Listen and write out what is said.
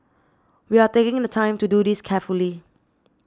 we are taking the time to do this carefully